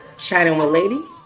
chattingwithlady